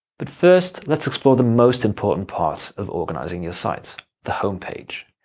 but first, let's explore the most important part of organizing your site the homepage.